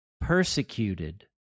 persecuted